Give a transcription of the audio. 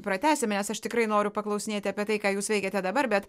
pratęsime nes aš tikrai noriu paklausinėti apie tai ką jūs veikiate dabar bet